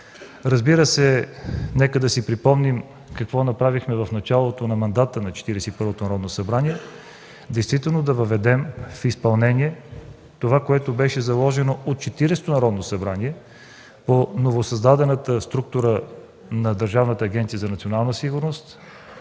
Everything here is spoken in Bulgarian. Разбира се, нека да си припомним какво направихме в началото на мандата на Четиридесет и първото Народно събрание, действително да въведем в изпълнение това, което беше заложено от Четиридесетото Народно събрание по новосъздадената структура на Държавната агенция за национална сигурност,